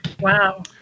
Wow